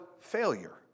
failure